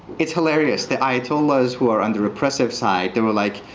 it's hilarious. the ayatollahs who are on the repressive side, they were like,